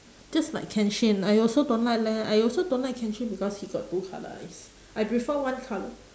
just like kenshin I also don't like leh I also don't like kenshin because he got two colour eyes I prefer one colour